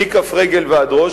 מכף רגל ועד ראש.